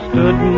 Stood